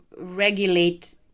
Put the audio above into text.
regulate